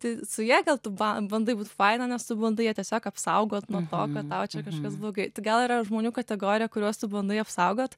tai su ja gal tu ba bandai būt faina nes tu bandai ją tiesiog apsaugot nuo to kad tau čia kažkas blogai tai gal yra žmonių kategorija kurios tu bandai apsaugot